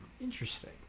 Interesting